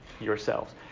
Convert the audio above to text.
yourselves